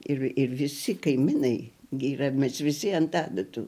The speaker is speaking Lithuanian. ir visi kaimynai gi yra mes visi ant adatų